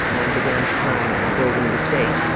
and began to try and and build a new state.